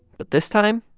but this time,